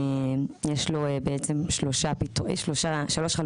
יש לו בעצם שלוש חלופות.